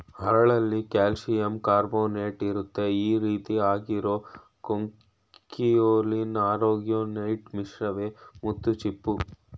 ಹರಳಲ್ಲಿ ಕಾಲ್ಶಿಯಂಕಾರ್ಬೊನೇಟ್ಇರುತ್ತೆ ಈರೀತಿ ಆಗಿರೋ ಕೊಂಕಿಯೊಲಿನ್ ಆರೊಗೊನೈಟ್ ಮಿಶ್ರವೇ ಮುತ್ತುಚಿಪ್ಪು